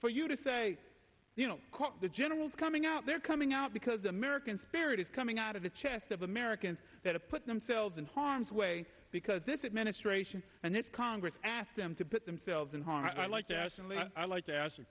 for you to say you know the generals coming out they're coming out because american spirit is coming out of the chest of americans that a put themselves in harm's way because this administration and its congress asked them to put themselves in harm's way like